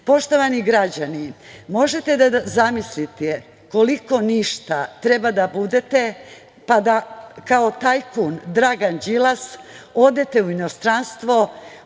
Srbije. Poštovani građani, možete da zamislite koliko ništa treba da budete pa da kao tajkun, Dragan Đilas, odete u inostranstvo